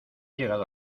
llegado